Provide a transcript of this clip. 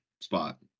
spot